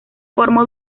formó